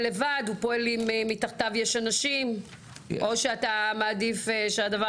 לבד או האם יש מתחתיו אנשים או שאתה מעדיף שנדבר